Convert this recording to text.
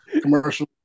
commercial